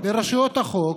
לרשויות החוק.